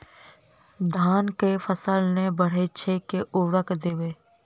धान कऽ फसल नै बढ़य छै केँ उर्वरक देबै?